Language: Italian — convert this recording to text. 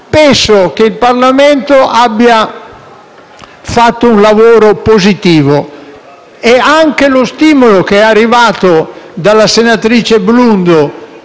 Penso che il Parlamento abbia fatto un lavoro positivo. Anche lo stimolo che è arrivato dalla senatrice Blundo,